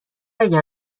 اگر